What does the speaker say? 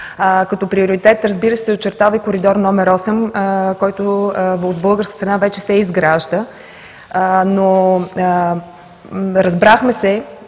Като приоритет, разбира се, се очертава и коридор № 8, който от българска страна вече се изгражда. Разбрахме се